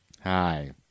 Hi